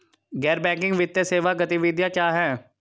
गैर बैंकिंग वित्तीय सेवा गतिविधियाँ क्या हैं?